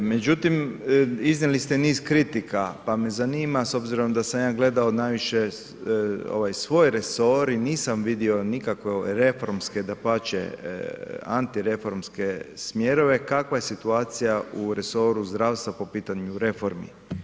Međutim, iznijeli ste niz kritika pa me zanima s obzirom da sam ja gledao najviše ovaj svoj resor i nisam vidio nikakve ove reformske dapače antireformske smjerove, kakva je situacija u resoru zdravstva po pitanju reformi?